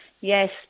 Yes